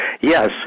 yes